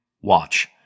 Watch